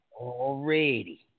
Already